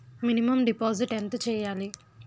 Minimum deposit ఎంత చెయ్యాలి?